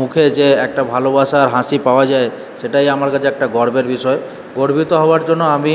মুখে যে একটা ভালোবাসার হাসি পাওয়া যায় সেটাই আমার কাছে একটা গর্বের বিষয় গর্বিত হওয়ার জন্য আমি